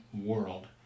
world